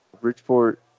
Bridgeport